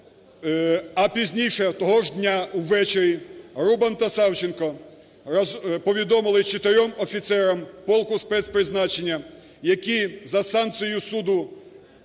а пізніше того ж дня у вечорі Рубан та Савченко повідомили чотирьом офіцерам полку спецпризначення, які за санкцією суду